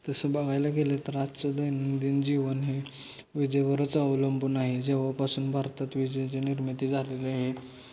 तसं बघायला गेलं तर आजचं दैनंदिन जीवन हे विजेवरच अवलंबून आहे जेव्हापासून भारतात विजेची निर्मिती झालेले आहे